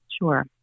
Sure